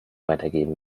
weitergeben